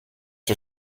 her